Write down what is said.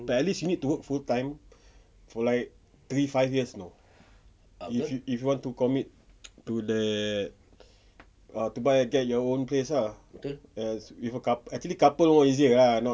but at least you need to work full-time for like three five years know if you want to commit to that to buy get your own place ah as with a actually couple more easier ah not